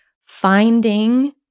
finding